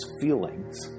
feelings